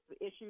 issues